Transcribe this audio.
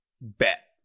bet